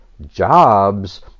jobs